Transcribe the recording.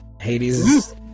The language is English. Hades